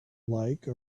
like